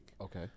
Okay